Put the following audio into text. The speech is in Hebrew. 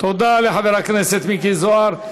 תודה לחבר הכנסת מיקי זוהר.